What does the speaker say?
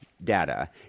Data